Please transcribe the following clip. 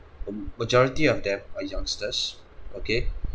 um majority of them are youngsters okay